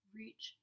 reach